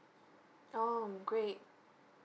um great